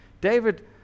David